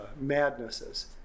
madnesses